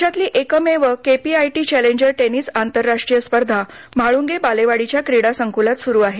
देशातली एकमेव KPIT challenger tennis आंतरराष्ट्रीय स्पर्धा म्हाळूंगे बालेवाडीच्या क्रीडासंकुलात सुरु आहे